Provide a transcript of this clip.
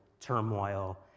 turmoil